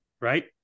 right